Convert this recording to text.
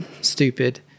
stupid